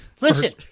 Listen